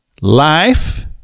life